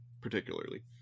particularly